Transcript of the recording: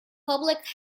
public